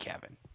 Kevin